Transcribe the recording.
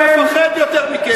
העם לא מפחד יותר מכם.